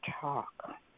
talk